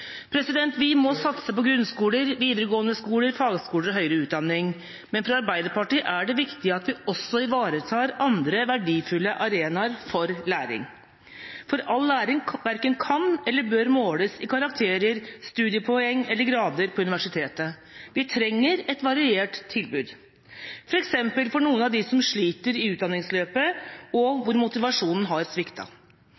Vi må satse på grunnskoler, videregående skoler, fagskoler og høyere utdanning, men for Arbeiderpartiet er det viktig at vi også ivaretar andre verdifulle arenaer for læring, for all læring verken kan eller bør måles i karakterer, studiepoeng eller grader på universitetet. Vi trenger et variert tilbud, f.eks. for noen av dem som sliter i utdanningsløpet, og